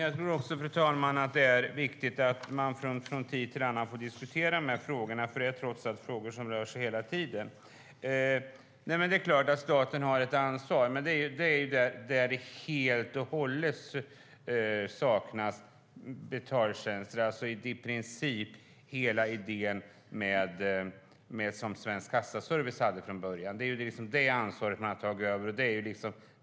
Fru talman! Det är viktigt att vi från tid till annan får diskutera dessa frågor, för det är trots allt frågor som rör sig hela tiden. Det är klart att staten har ett ansvar. Men det är där det helt och hållet saknas betaltjänster, alltså det som var idén med Svensk Kassaservice tidigare. Det ansvaret har man tagit över.